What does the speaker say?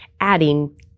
adding